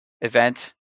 event